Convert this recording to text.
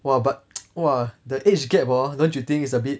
!wah! but !wah! the age gap hor don't you think it's a bit